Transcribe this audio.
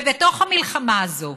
ובתוך המלחמה הזאת